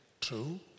true